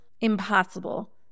impossible